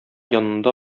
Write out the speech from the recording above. янында